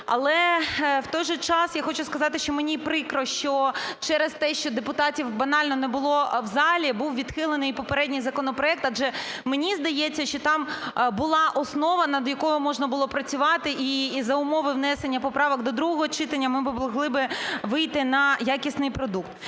Але в той же час я хочу сказати, що мені прикро, що через те, що депутатів банально не було в залі, був відхилений попередній законопроект, адже, мені здається, що там була основа, над якою можна було працювати, і за умови внесення поправок до другого читання, ми би могли би вийти на якісний продукт.